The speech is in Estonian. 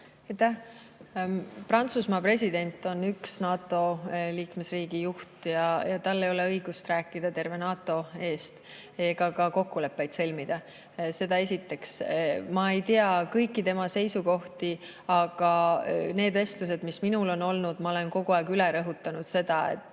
Prantsusmaa president on ühe NATO liikmesriigi juht. Tal ei ole õigust rääkida terve NATO nimel ega ka kokkuleppeid sõlmida. Seda esiteks. Ma ei tea kõiki tema seisukohti, aga nendes vestlustes, mis minul on olnud, olen ma kogu aeg rõhutanud, et